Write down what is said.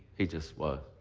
he just was.